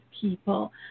people